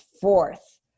fourth